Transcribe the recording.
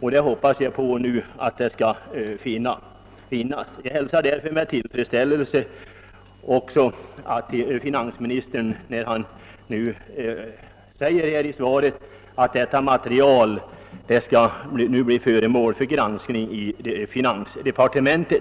och jag hoppas att det nu finns ett sådant material. Därför hälsar jag med tillfredsställelse finansministerns besked i interpellationssvaret att materialet skall bli föremål för granskning i finansdepartementet.